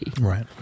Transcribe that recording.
Right